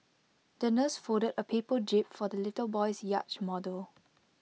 the nurse folded A paper jib for the little boy's yacht model